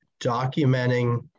documenting